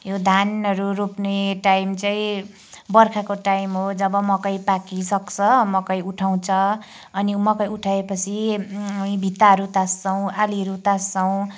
यो धानहरू रोप्ने टाइम चाहिँ बर्खाको टाइम हो जब मकै पाकी सक्छ मकै उठाउँछ अनि मकै उठाएपछि भित्ताहरू तास्छौँ आलीहरू तास्छौँ